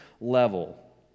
level